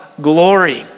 glory